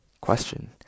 question